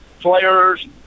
players